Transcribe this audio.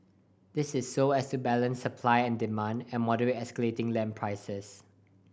this is so as to balance supply and demand and moderate escalating land prices